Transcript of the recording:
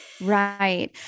Right